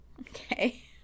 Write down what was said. Okay